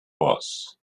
was